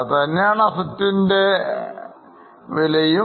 അത് തന്നെയാണ് assets ൻറെ വിലയും